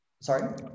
Sorry